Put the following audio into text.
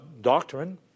doctrine